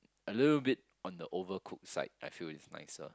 a little bit on the overcooked side I feel is nicer